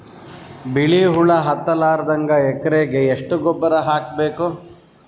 ಬಿಳಿ ಹುಳ ಹತ್ತಲಾರದಂಗ ಎಕರೆಗೆ ಎಷ್ಟು ಗೊಬ್ಬರ ಹಾಕ್ ಬೇಕು?